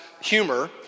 humor